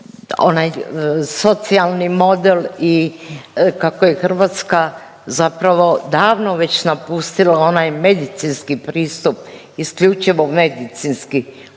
onaj socijalni model i kako je Hrvatska zapravo davno već napustila onaj medicinski pristup, isključivo medicinski osobama